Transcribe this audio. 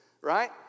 Right